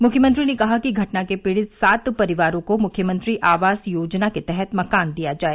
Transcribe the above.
मुख्यमंत्री ने कहा कि घटना के पीड़ित सात परिवारों को मुख्यमंत्री आवास योजना के तहत मकान दिया जाए